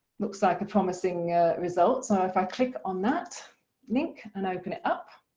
looks like a promising result. so if i click on that link and open it up,